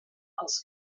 els